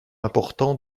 important